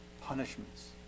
punishments